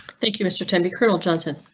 thank you mr. tandy colonel johnson.